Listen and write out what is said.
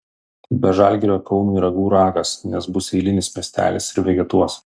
be žalgirio kaunui ragų ragas nes bus eilinis miestelis ir vegetuos